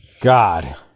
God